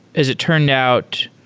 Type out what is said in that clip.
as it turned out,